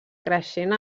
creixent